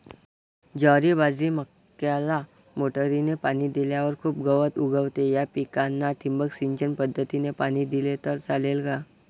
ज्वारी, बाजरी, मक्याला मोटरीने पाणी दिल्यावर खूप गवत उगवते, या पिकांना ठिबक सिंचन पद्धतीने पाणी दिले तर चालेल का?